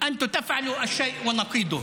אתם עושים דבר והיפוכו.